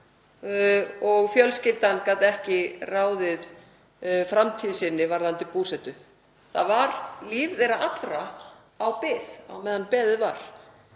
og fjölskyldan gat ekki ráðið framtíð sinni varðandi búsetu. Líf þeirra allra var á bið á meðan beðið var.